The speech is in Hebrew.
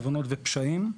עוונות ופשעים.